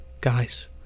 guys